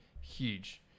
huge